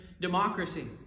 democracy